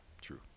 true